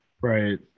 Right